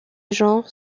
genre